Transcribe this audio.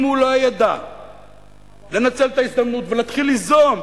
אם הוא לא ידע לנצל את ההזדמנות ולהתחיל ליזום,